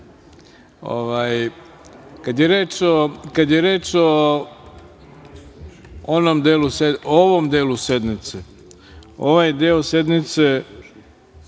je reč o ovom delu sednice, ovaj deo sednice